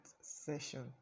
session